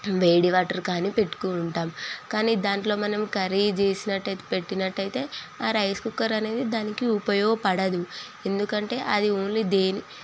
వేడి వాటర్ కానీ పెట్టుకూ ఉంటాము కానీ దాంట్లో మనం కర్రీ చేసినట్టయితే పెట్టినట్టయితే ఆ రైస్ కుక్కర్ అనేది దానికి ఉపయోగపడదు ఎందుకంటే అది ఓన్లీ దేని